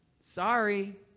Sorry